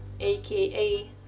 aka